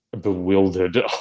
bewildered